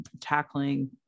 tackling